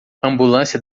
ambulância